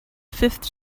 fifth